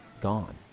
gone